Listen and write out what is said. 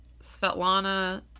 Svetlana